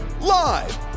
live